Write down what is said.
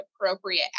appropriate